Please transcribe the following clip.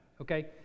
okay